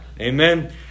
Amen